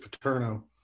paterno